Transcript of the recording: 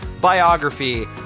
biography